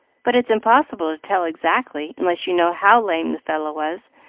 but it's impossible to tell exactly, unless you know how lame the fellow was,